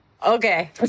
Okay